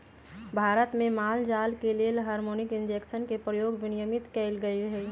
भारत में माल जाल के लेल हार्मोन इंजेक्शन के प्रयोग विनियमित कएल गेलई ह